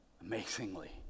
amazingly